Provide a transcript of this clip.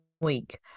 week